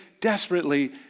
desperately